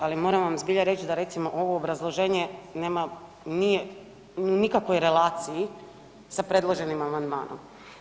Ali moram vam zbilja reći da recimo ovo obrazloženje nije u nikakvoj relaciji sa predloženim amandmanom.